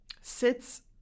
sits